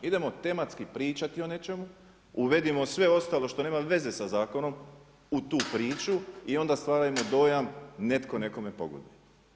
Idemo tematski pričati o nečemu, uvedimo sve ostalo što nema veze sa zakonom u tu priču i onda stvarajmo dojam neko nekome pogoduje.